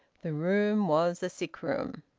the room was a sick-room.